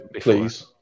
please